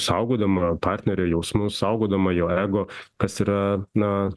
saugodama partnerio jausmus saugodama jo ego kas yra na